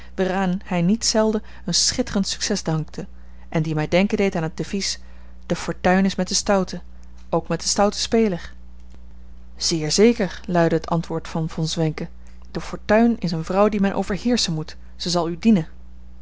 waaraan hij niet zelden een schitterend succes dankte en die mij denken deed aan het devies de fortuin is met den stoute ook met den stouten speler zeer zeker luidde het antwoord van von zwenken de fortuin is eene vrouw die men overheerschen moet zal ze u dienen